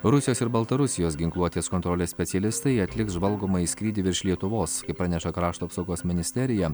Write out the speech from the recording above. rusijos ir baltarusijos ginkluotės kontrolės specialistai atliks žvalgomąjį skrydį virš lietuvos kaip praneša krašto apsaugos ministerija